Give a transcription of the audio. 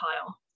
pile